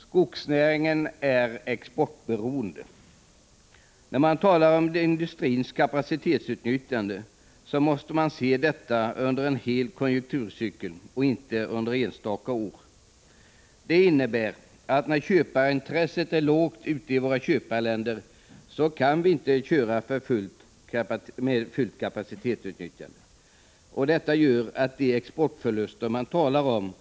Skogsnäringen är exportberoende. När man talar om industrins kapacitetsutnyttjande, måste man se detta under en hel konjunkturcykel och inte under enstaka år. När köparintresset är lågt i våra köparländer, kan vi inte köra med fullt kapacitetsutnyttjande. Detta gör att de exportförluster som man talar om Prot.